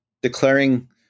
declaring